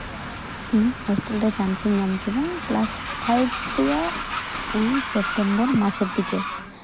ᱤᱧ ᱦᱳᱥᱴᱮᱞ ᱨᱮ ᱪᱟᱱᱥ ᱤᱧ ᱧᱟᱢ ᱠᱮᱫᱟ ᱠᱞᱟᱥ ᱯᱷᱟᱭᱤᱵᱷ ᱨᱮᱭᱟᱜ ᱚᱱᱟ ᱥᱮᱯᱴᱮᱢᱵᱚᱨ ᱢᱟᱥᱮᱨ ᱫᱤᱠᱮ